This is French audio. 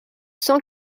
cent